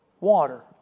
water